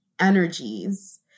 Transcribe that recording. energies